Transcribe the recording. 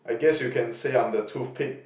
I guess you can say I'm the toothpick